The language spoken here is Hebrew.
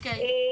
אוקיי.